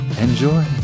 enjoy